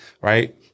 Right